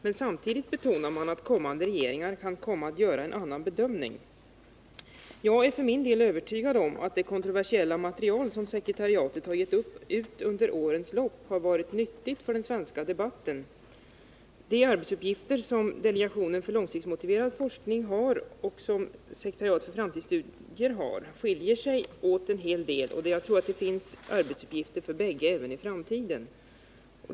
Men samtidigt betonas att kommande regeringar kan komma att göra en annan bedömning. Jag för min del är övertygad om att det kontroversiella material som sekretariatet under årens lopp har givit ut har varit nyttigt för den svenska debatten. De arbetsuppgifter som delegationen för långtidsmotiverad forskning har och som sekretariatet för framtidsstudier har skiljer sig en hel del, och jag tror att det finns arbetsuppgifter för bägge även i framtiden.